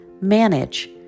Manage